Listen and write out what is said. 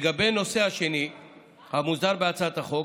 לגבי הנושא השני המוסדר בהצעת החוק,